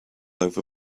over